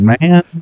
Man